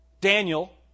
Daniel